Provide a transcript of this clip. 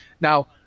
Now